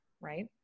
right